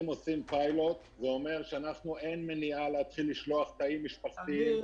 אם עושים פיילוט זה אומר שאין מניעה להתחיל לשלוח תאים משפחתיים